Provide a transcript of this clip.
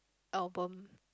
Albom